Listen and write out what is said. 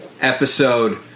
episode